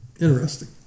Interesting